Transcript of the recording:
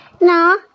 No